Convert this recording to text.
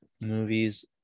movies